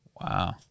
Wow